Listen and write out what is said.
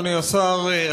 אדוני השר,